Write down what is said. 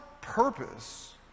purpose